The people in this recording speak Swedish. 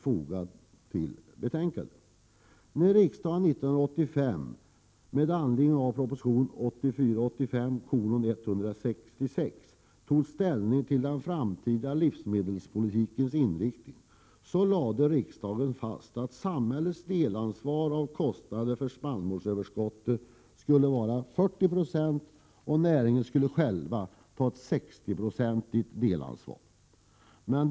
När riksdagen 1985 med anledning av proposition 1984/85:166 tog ställning till den framtida livsmedelspolitikens inriktning, lade riksdagen fast att samhällets delansvar för kostnaderna för spannmålsöverskottet skulle vara 40 90, medan näringen skulle själv ta ett delansvar för 60 76.